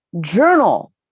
Journal